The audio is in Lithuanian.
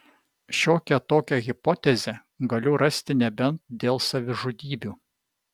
šiokią tokią hipotezę galiu rasti nebent dėl savižudybių